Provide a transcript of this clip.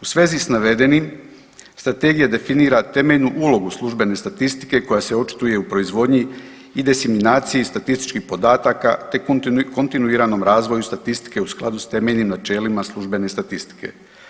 U svezi s navedenim strategija definira temeljnu ulogu službene statistike koja se očituje u proizvodnji i diseminaciji statističkih podataka te kontinuiranom razvoju statistike u skladu s temeljnim načelima službene statistike.